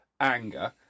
anger